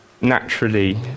naturally